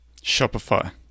Shopify